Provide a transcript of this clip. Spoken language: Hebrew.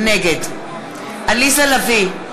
נגד עליזה לביא,